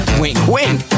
wink-wink